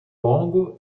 longo